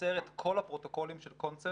שמוסר את כל הפרוטוקולים של 'קונצרט'